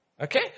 Okay